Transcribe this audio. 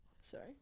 Sorry